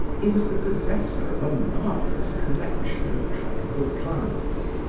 he was the possessor of a marvelous collection of tropical plants,